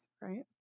right